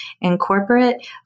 Incorporate